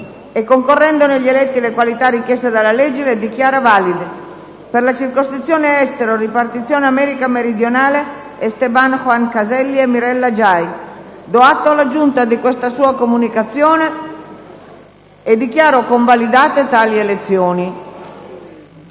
e, concorrendo negli eletti le qualità richieste dalla legge, le ha dichiarate valide: per la circoscrizione Estero-ripartizione America meridionale: Esteban Juan Caselli e Mirella Giai. Do atto alla Giunta di questa sua comunicazione e dichiaro convalidate tali elezioni.